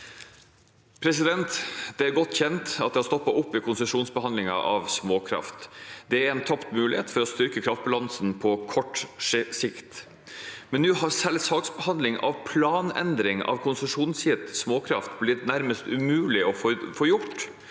Det er godt kjent at det har stoppet opp i konsesjonsbehandlingen av småkraft. Det er en tapt mulighet for å styrke kraftbalansen på kort sikt. Nå har selve saksbehandlingen av planendring av konsesjonsgitt småkraft blitt nærmest umulig å få gjort.